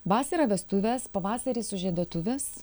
vasarą vestuvės pavasarį sužieduotuvės